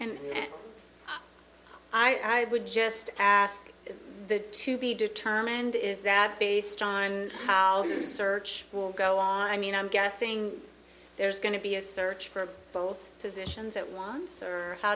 and i would just ask that to be determined is that based on how this search will go on i mean i'm guessing there's going to be a search for both positions at once or how